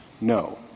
no